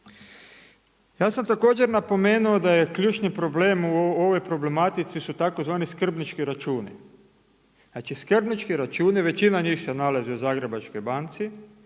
Ja sam također napomenuo da je ključni problem u ovoj problematici su tzv. skrbnički računi. Znači, skrbnički računi, većina njih se nalazi u Zagrebačkoj banci